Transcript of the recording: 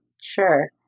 Sure